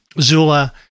Zula